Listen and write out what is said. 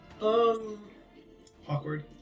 Awkward